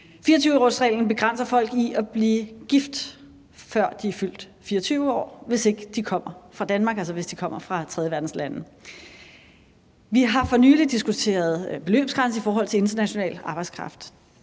24-årsreglen begrænser folk i at blive gift, før de er fyldt 24 år, hvis de ikke kommer fra Danmark – hvis de altså kommer fra et tredjeverdensland. Vi har for nylig diskuteret beløbsgrænsen i forhold til international arbejdskraft,